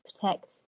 protect